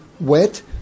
wet